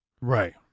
right